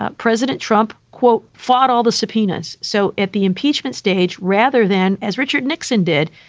ah president trump, quote, fought all the subpoenas. so at the impeachment stage, rather than, as richard nixon did,